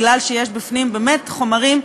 כי יש בפנים באמת חומרים,